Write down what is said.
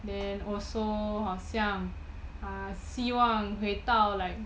then also 好像 uh 希望回到 like